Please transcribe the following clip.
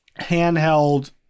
handheld